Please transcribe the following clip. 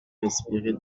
respirer